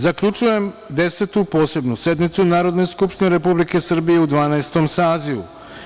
Zaključujem Desetu posebnu sednicu Narodne skupštine Republike Srbije u Dvanaestom sazivu.